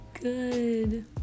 good